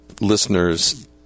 listeners